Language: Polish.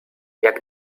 jak